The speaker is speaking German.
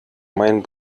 mein